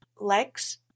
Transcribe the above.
legs